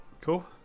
Cool